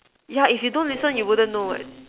yeah if you don't listen you wouldn't know what